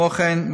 כמו כן,